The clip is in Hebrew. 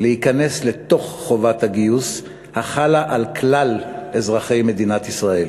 להיכנס לתוך חובת הגיוס החלה על כלל אזרחי מדינת ישראל.